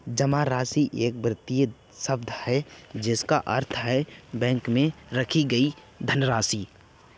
जमा राशि एक वित्तीय शब्द है जिसका अर्थ है बैंक में रखी गई धनराशि